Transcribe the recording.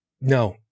No